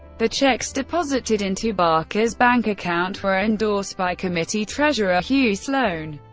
the checks deposited into barker's bank account were endorsed by committee treasurer hugh sloan,